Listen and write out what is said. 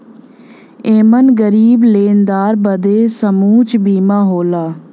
एमन गरीब लेनदार बदे सूक्ष्म बीमा होला